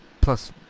plus